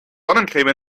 sonnencreme